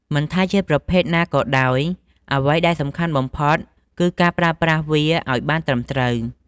មិនថាជាប្រភេទណាក៏ដោយ អ្វីដែលសំខាន់បំផុតគឺការប្រើប្រាស់វាឱ្យបានត្រឹមត្រូវ។